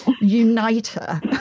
uniter